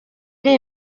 iri